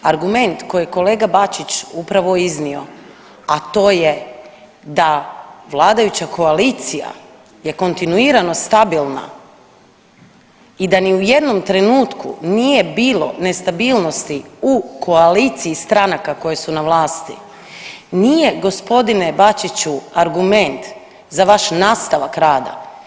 Argument koji je kolega Bačić upravo iznio, a to je da vladajuća koalicija je kontinuirano stabilna i da ni u jednom trenutku nije bilo nestabilnosti u koaliciji stranaka koje su na vlasti nije gospodine Bačiću argument za vaš nastavak rada.